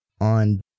On